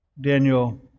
Daniel